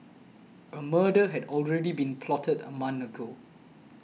a murder had already been plotted a month ago